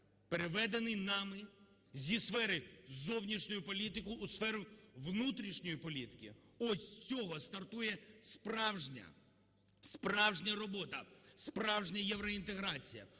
переведений нами зі сфери зовнішньої політки у сферу внутрішньої політики. Ось з цього стартує справжня – справжня робота, справжня євроінтеграція.